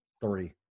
Three